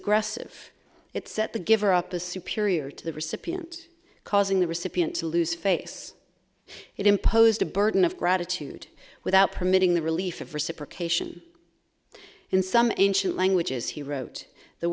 aggressive it set the giver up the superior to the recipient causing the recipient to lose face it imposed a burden of gratitude without permitting the relief of reciprocation in some ancient languages he wrote the